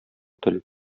тел